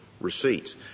receipts